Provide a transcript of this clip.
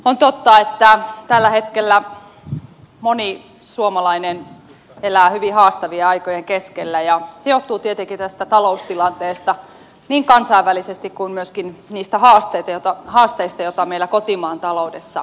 on totta että tällä hetkellä moni suomalainen elää hyvin haastavien aikojen keskellä ja se johtuu tietenkin niin tästä taloustilanteesta kansainvälisesti kuin myöskin niistä haasteista joita meillä kotimaan taloudessa on